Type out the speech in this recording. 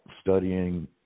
studying